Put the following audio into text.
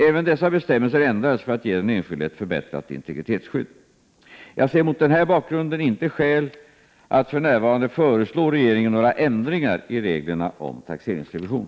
Även dessa bestämmelser ändrades för att ge den enskilde ett förbättrat integritetsskydd. Jag ser mot den här bakgrunden inte skäl att för närvarande föreslå regeringen några ändringar i reglerna om taxeringsrevision.